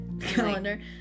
calendar